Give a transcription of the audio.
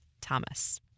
Thomas